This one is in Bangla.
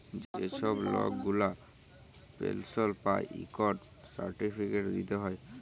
যে ছব লক গুলা পেলশল পায় ইকট সার্টিফিকেট দিতে হ্যয়